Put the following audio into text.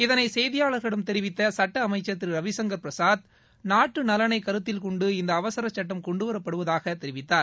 இதனை செய்தியாளர்களிடம் தெரிவித்த சட்ட அமைச்சர் திரு ரவிசங்கர் பிரசாத் நாட்டு நலனை கருத்தில்கொண்டு இந்த அவசர சட்டம் கொண்டுவரப்படுவதாக தெரிவித்தார்